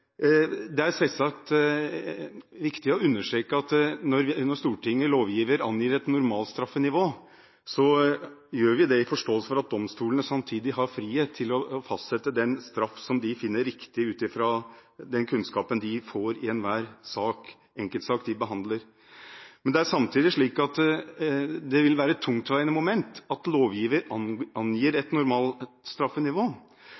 Det er selvsagt viktig å understreke at når Stortinget som lovgiver angir et normalstraffenivå, så gjør vi det med forståelse for at domstolene samtidig har frihet til å fastsette den straff som de finner riktig, ut fra den kunnskapen de får i enhver enkeltsak de behandler. Men det er samtidig slik at det vil være et tungtveiende moment at lovgiver angir